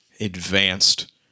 advanced